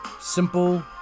simple